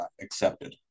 Accepted